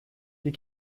die